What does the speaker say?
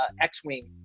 X-Wing